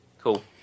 Cool